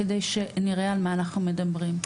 כדי שנראה על מה אנחנו מדברים.